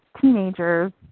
teenagers